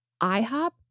iHop